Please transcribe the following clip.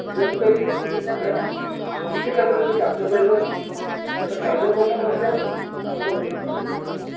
ବିଶେଷ କରି ଆମେ କୃଷି କ୍ଷେତ୍ରରେ ଯଦି କାର୍ଯ୍ୟ କରିବା ତାହେଲେ କାର୍ଯ୍ୟ କଲେ ମଧ୍ୟ ଆମର ଓଜନ ଧୀରେ ଧୀରେ କମିଯିବ